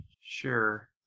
Sure